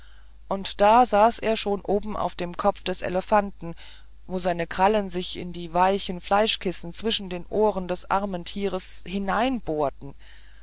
und da saß er schon oben auf dem kopf des elefanten o wie seine krallen sich in die weichen fleischkissen zwischen den ohren des armen tieres